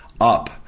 up